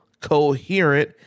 coherent